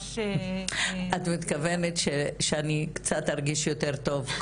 שנדרש --- את מתכוונת שאני קצת ארגיש יותר טוב,